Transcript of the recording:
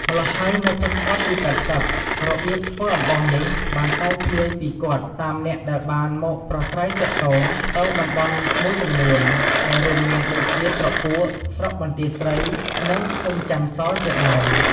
ម្ល៉ោះហើយនៅទស្សវដ្តទី៨០ របៀបធ្វើអំបោសនេះ បានសាយភាយពីគាត់តាមអ្នកដែលបានមកប្រស្រ័យទាក់ទង ទៅតំបន់មួយចំនួន ដែររួមមានដូចជាស្រុកពួក ស្រុកបន្ទាយស្រី និងឃុំចន្ទសរ ជាដើម។